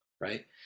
right